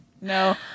No